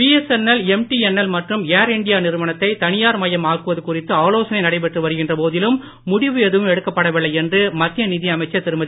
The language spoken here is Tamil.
பிஎஸ்என்எல் எம்பிஎன்எல் மற்றும் ஏர் இண்டியா நிறுவனத்தை தனியார் மயம் ஆக்குவது குறித்து ஆலோசனை நடைபெற்று வருகின்ற போதிலும் முடிவு எதுவும் எடுக்கப் படவில்லை என்று மத்திய நிதி அமைச்சர் திருமதி